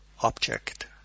object